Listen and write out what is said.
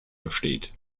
besteht